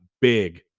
big